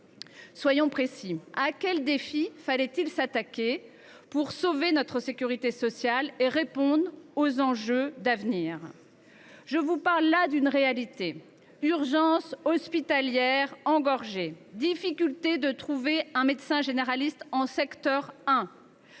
Soyons précis. Quel défi fallait il relever pour sauver notre sécurité sociale et répondre aux enjeux d’avenir ? Je vous parle là d’une réalité : urgences hospitalières engorgées, difficultés pour trouver un médecin généraliste en secteur 1,